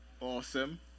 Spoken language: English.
awesome